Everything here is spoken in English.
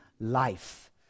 life